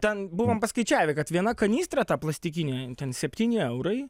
ten buvom paskaičiavę kad viena kanistra ta plastikinė septyni eurai